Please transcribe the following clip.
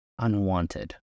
unwanted